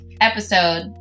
episode